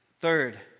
Third